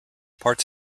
parts